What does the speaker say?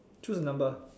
choose a number